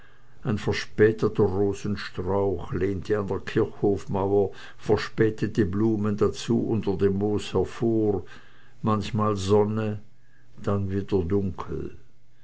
ein verspäteter rosenstrauch lehnte an der kirchhofmauer verspätete blumen dazu unter dem moos hervor manchmal sonne dann wieder dunkel